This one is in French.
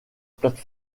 plate